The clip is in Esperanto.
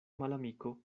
malamiko